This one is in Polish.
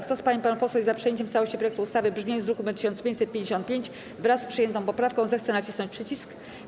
Kto z pań i panów posłów jest za przyjęciem w całości projektu ustawy w brzmieniu z druku nr 1555, wraz z przyjętą poprawką, zechce nacisnąć przycisk.